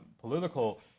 political